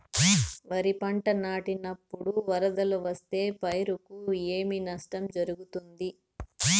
వరిపంట నాటినపుడు వరదలు వస్తే పైరుకు ఏమి నష్టం జరుగుతుంది?